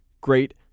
great